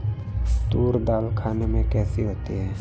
तूर दाल खाने में कैसी होती है?